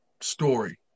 story